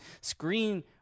screen